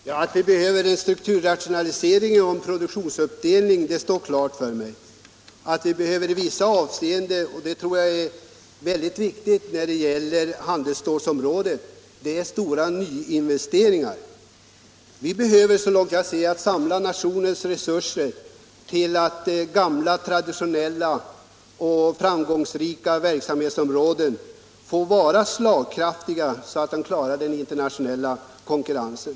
Herr talman! Att vi behöver en strukturrationalisering och en produktionsuppdelning står klart för mig. Jag. tror också att det är mycket viktigt att vi på handelsstålsområdet gör stora nyinvesteringar. Vi behöver såvilt jag förstår samla nationens resurser för att bevara de traditionella och framgångsrika verksamhetsområdenas slagkraft i den internationella konkurrensen.